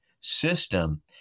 system